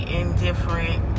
indifferent